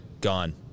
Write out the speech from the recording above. gone